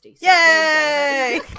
Yay